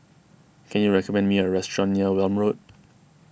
can you recommend me a restaurant near Welm Road